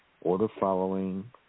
order-following